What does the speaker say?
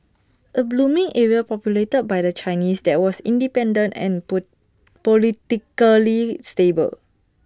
A booming area populated by the Chinese that was independent and P politically stable